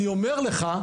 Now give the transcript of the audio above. אני אומר לך,